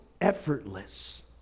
effortless